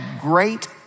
great